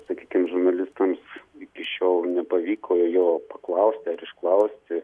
sakykim žurnalistams iki šiol nepavyko jo paklausti ar išklausti